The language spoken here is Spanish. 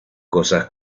cosas